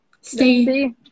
stay